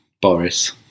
Boris